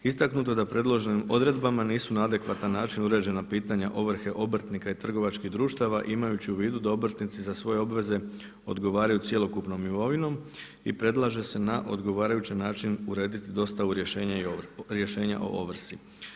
Istaknuto je da predloženim odredbama nisu na adekvatan način uređena pitanja ovrhe obrtnika i trgovačkih društava, imajući u vidu da obrtnici za svoje obveze odgovaraju cjelokupnom imovinom i predlaže se na odgovarajući način urediti dostavu rješenja o ovrsi.